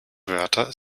wörter